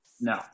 no